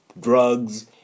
drugs